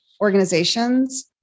organizations